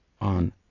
on